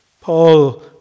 Paul